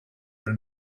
been